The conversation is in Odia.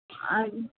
ଆଜ୍ଞା